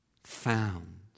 found